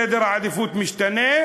סדר העדיפויות משתנה,